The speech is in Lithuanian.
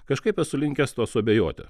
kažkaip esu linkęs tuo suabejoti